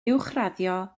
uwchraddio